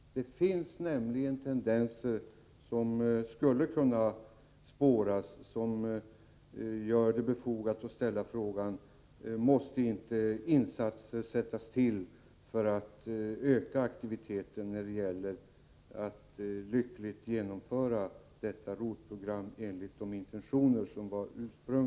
Det finns nämligen tendenser som skulle kunna spåras, som gör det befogat att ställa frågan: Måste inte insatser göras för att öka aktiviteten när det gäller att lyckligt genomföra ROT-programmet enligt de ursprungliga intentionerna?